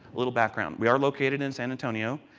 little background we are located in san antonio,